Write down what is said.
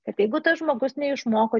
kad jeigu tas žmogus neišmoko